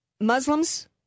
Muslims